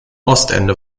ostende